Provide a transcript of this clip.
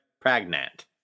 pregnant